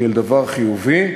כאל דבר חיובי.